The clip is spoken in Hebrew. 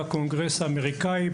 בקונגרס האמריקאי,